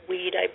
Weed